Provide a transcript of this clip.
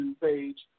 page